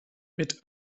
mit